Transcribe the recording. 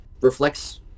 reflects